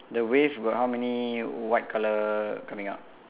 the waves got how many white color coming out